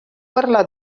parlar